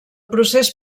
procés